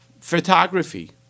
photography